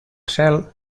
cel